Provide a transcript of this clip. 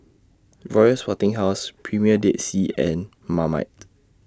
Royal Sporting House Premier Dead Sea and Marmite